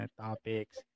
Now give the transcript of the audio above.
topics